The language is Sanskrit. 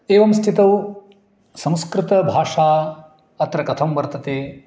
एवं स्थितौ संस्कृतभाषा अत्र कथं वर्तते